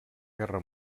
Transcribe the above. guerra